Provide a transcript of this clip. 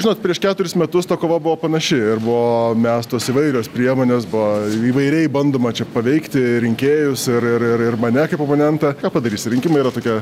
žinot prieš keturis metus ta kova buvo panaši ir buvo mestos įvairios priemonės buvo įvairiai bandoma čia paveikti rinkėjus ir ir ir mane kaip oponentą ką padarysi rinkimai yra tokie